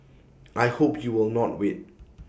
I hope you will not wait